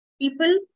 people